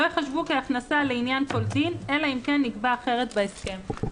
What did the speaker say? לא ייחשבו כהכנסה לעניין --- אלא אם כן נקבע אחרת בהסכם".